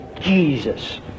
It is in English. Jesus